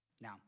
Now